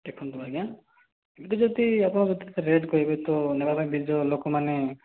ଦେଖନ୍ତୁ ଆଜ୍ଞା ଏବେ ଯଦି ଆପଣ ରେଟ୍ କହିବେ ତ ନେବାପାଇଁ ଜିନିଷ ଲୋକମାନେ